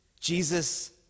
Jesus